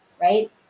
right